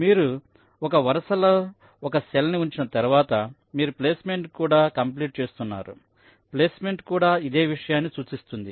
మీరు ఒక వరుసలో ఒక సెల్ నీ ఉంచిన తరువాత మీరు ప్లేస్మెంట్ ను కూడా కంప్లీట్ చేస్తున్నారు ప్లేస్మెంట్ కూడా ఇదే విషయాన్ని సూచిస్తుంది